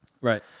Right